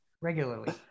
regularly